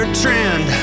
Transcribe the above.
trend